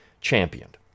championed